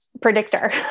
predictor